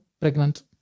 Pregnant